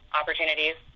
opportunities